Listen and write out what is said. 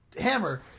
Hammer